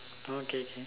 oh K K